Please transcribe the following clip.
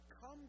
Come